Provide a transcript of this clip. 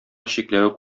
чикләвек